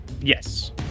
Yes